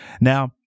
Now